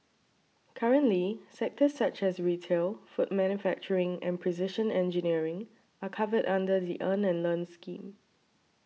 currently sectors such as retail food manufacturing and precision engineering are covered under the Earn and Learn scheme